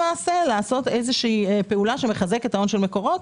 לעשות איזושהי פעולה שמחזקת את ההון של מקורות.